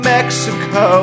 Mexico